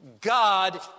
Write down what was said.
God